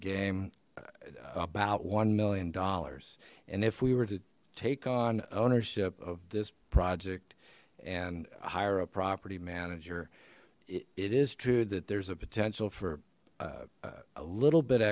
game about one million dollars and if we were to take on ownership of this project and hire a property manager it is true that there's a potential for a little bit